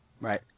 Right